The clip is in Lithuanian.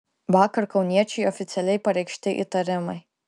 vakar kauniečiui oficialiai pareikšti įtarimai